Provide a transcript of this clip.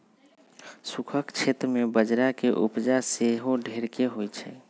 सूखक क्षेत्र में बजरा के उपजा सेहो ढेरेक होइ छइ